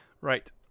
Right